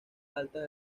altas